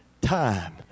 time